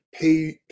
pay